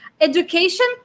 education